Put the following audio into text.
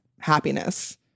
happiness